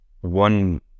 one